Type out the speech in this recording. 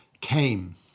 came